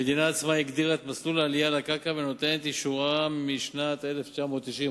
המדינה עצמה הגדירה את מסלול העלייה לקרקע ונותנת את אישורה משנת 1990,